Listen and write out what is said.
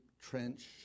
trench